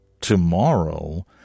tomorrow